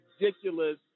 ridiculous